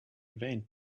vain